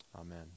Amen